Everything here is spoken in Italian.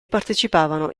partecipavano